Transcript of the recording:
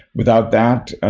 without that, ah